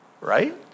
right